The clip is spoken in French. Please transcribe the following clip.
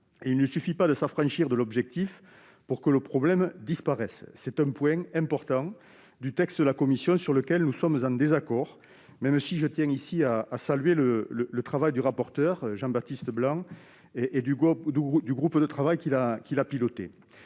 Il ne suffit pas de s'affranchir de l'objectif pour que le problème disparaisse. C'est un point important du texte de la commission sur lequel nous sommes en désaccord, même si je tiens ici à saluer le travail du rapporteur pour avis Jean-Baptiste Blanc et du groupe de travail qu'il a piloté.